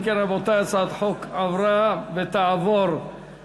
אם כן, רבותי, הצעת החוק עברה, והיא תעבור לוועדת